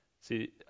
See